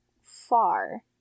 far